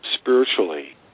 spiritually